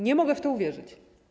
Nie mogę w to uwierzyć.